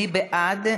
מי בעד?